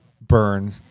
burn